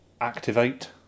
Activate